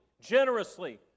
generously